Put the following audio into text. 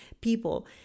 people